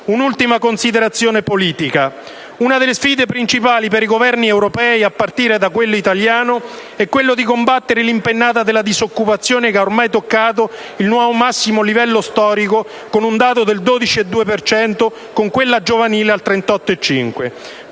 Un'ultima considerazione politica: una delle sfide principali per i Governi europei, a partire da quello italiano, è quella di combattere l'impennata della disoccupazione, che ha ormai toccato il nuovo massimo livello storico, con un dato del 12,2 per cento, con quella giovanile al 38,5.